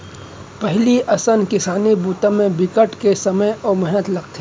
पहिली असन किसानी बूता म बिकट के समे अउ मेहनत लगथे